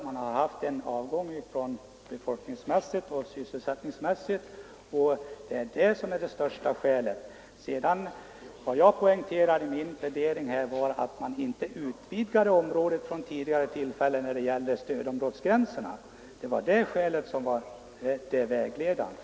Det behövs, därför att befolkningen och sysselsättningen har minskat. Det är det viktigaste skälet. Vad jag poängterade var att man inte har utvidgat det inre stödområdet, och det skälet var det vägledande.